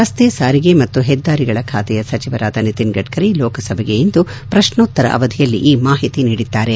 ರಸ್ತೆ ಸಾರಿಗೆ ಮತ್ತು ಹೆದ್ದಾರಿಗಳ ಖಾತೆಯ ಸಚವರಾದ ನಿತಿನ್ಗಡ್ಕರಿ ಲೋಕಸಭೆಗೆ ಇಂದು ಪ್ರಶ್ನೋತ್ತರ ಅವಧಿಯಲ್ಲಿ ಈ ಮಾಹಿತಿ ನೀಡಿದ್ದಾರೆ